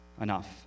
enough